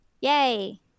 Yay